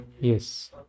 Yes